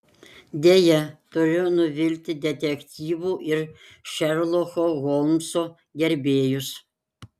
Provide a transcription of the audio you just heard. deja turiu nuvilti detektyvų ir šerloko holmso gerbėjus